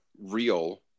real